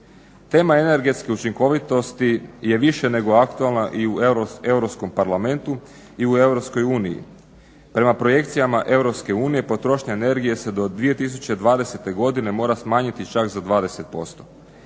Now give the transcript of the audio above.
Tema energetske učinkovitosti je više nego aktualna i u Europskom parlamentu i u EU. Prema projekcijama EU potrošnja energije se do 2020. godine mora smanjiti čak za 20%.